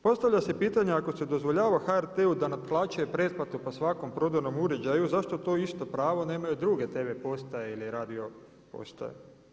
Postavlja se pitanje ako se dozvoljava HRT-u da naplaćuju pretplatu po svakom prodanom uređaju zašto to isto pravo nemaju druge tv postaje ili radio postaje?